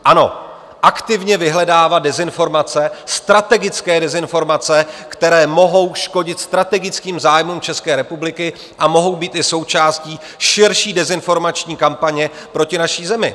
Ano, aktivně vyhledávat dezinformace, strategické dezinformace, které mohou škodit strategickým zájmům České republiky, a mohou být i součástí širší dezinformační kampaně proti naší zemi.